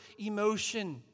emotion